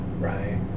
right